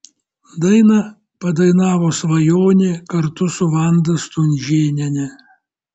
dainą padainavo svajonė kartu su vanda stunžėniene